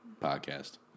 podcast